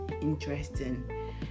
interesting